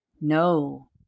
no